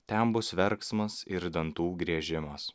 ten bus verksmas ir dantų griežimas